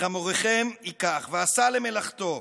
ואת חמוריכם ייקח, ועשה למלאכתו...